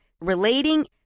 relating